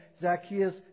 Zacchaeus